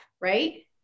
right